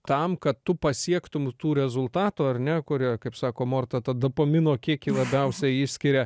tam kad tu pasiektum tų rezultatų ar ne kurie kaip sako morta tą dopamino kiekį labiausiai išskiria